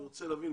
אני רוצה להבין.